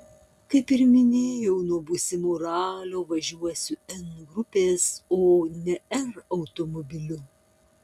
kaip ir minėjau nuo būsimo ralio važiuosiu n grupės o ne r automobiliu